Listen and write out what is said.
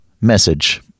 message